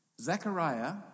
Zechariah